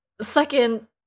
Second